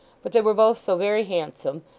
but they were both so very handsome,